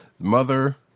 mother